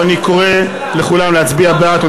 ואני קורא לכולם להצביע בעד.